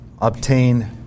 obtain